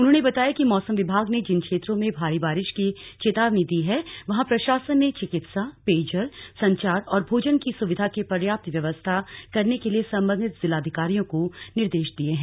उन्होंने बताया कि मौसम विभाग ने जिन क्षेत्रों में भारी बारिश की चेतावनी दी है वहां प्रशासन ने चिकित्सा पेयजल संचार और भोजन की सुविधा की पर्याप्त व्यवस्था करने के लिए संबंधित जिलाधिकारियों को निर्देश दिए हैं